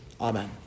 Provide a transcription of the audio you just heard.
Amen